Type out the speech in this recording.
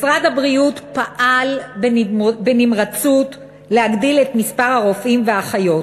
משרד הבריאות פעל בנמרצות להגדיל את מספר הרופאים והאחיות.